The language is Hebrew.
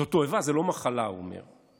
זו לא מחלה, הוא אומר.